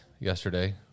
Yesterday